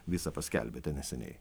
visą paskelbėte neseniai